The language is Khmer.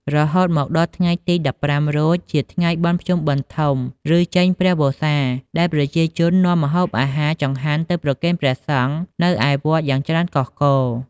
រហូតមកដល់ថ្ងៃទី១៥រោចជាថ្ងៃបុណ្យភ្ជុំបិណ្ឌធំ ឬចេញព្រះវស្សា ដែលប្រជាជននាំម្អូបអាហារ ចង្ហាន់ទៅប្រគេនព្រះសង្ឃនៅឯវត្តយ៉ាងច្រើនកុះករ។